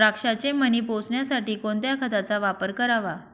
द्राक्षाचे मणी पोसण्यासाठी कोणत्या खताचा वापर करावा?